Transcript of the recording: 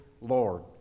Lord